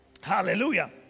Hallelujah